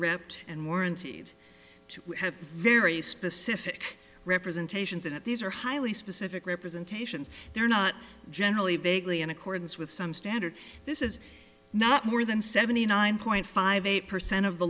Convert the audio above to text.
to have very specific representations at these are highly specific representations they're not generally vaguely in accordance with some standard this is not more than seventy nine point five eight percent of the